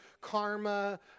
karma